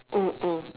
mm mm